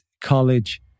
college